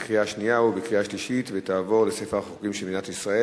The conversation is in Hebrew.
בקריאה שנייה ובקריאה שלישית ותיכנס לספר החוקים של מדינת ישראל.